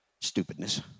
stupidness